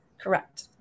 Correct